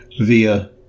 via